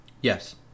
Yes